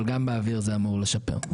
אבל גם באוויר זה אמור לשפר.